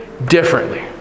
Differently